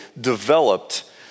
developed